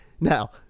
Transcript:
Now